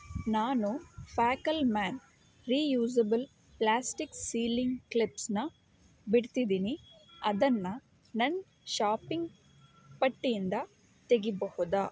ನಾನು ಫ್ಯಾಕಲ್ಮ್ಯಾನ್ reusable plastic sealing ಕ್ಲಿಪ್ಸನ್ನ ಬಿಡ್ತಿದ್ದೀನಿ ಅದನ್ನು ನನ್ನ ಶಾಪಿಂಗ್ ಪಟ್ಟಿಯಿಂದ ತೆಗಿಯಬಹುದಾ